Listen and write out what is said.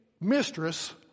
mistress